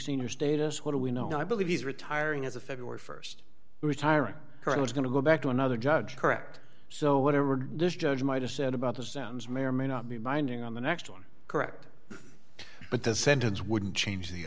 senior status what do we know now i believe he's retiring as of february st retirement current was going to go back to another judge correct so whatever this judge might have said about the sounds may or may not be binding on the next one correct but the sentence wouldn't change the